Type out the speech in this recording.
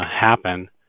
happen